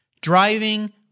driving